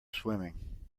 swimming